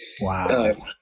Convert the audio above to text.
wow